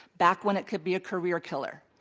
back when it could be a career killer.